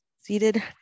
Seated